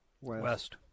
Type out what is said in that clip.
West